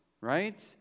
right